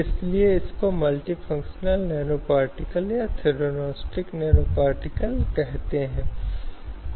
इसलिए यह बहुत महत्वपूर्ण है जब हम यौन उत्पीड़न की बात कर रहे हैं